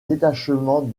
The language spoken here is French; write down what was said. détachement